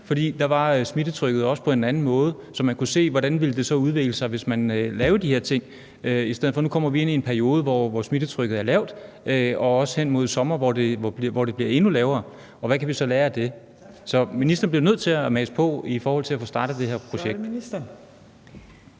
da var smittetrykket også på en anden måde, så man kunne se, hvordan det så ville udvikle sig, hvis man lavede de her ting. I stedet for kommer vi ind i en periode, hvor smittetrykket er lavt, og vi går hen mod sommer, hvor smittetrykket bliver endnu lavere – og hvad kan vi så lære af det? Så ministeren bliver nødt til at mase på for at få startet det her projekt.